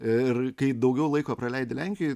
ir kai daugiau laiko praleidi lenkijoj